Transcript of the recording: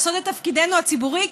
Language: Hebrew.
לעשות את תפקידנו הציבורי,